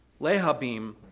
Lehabim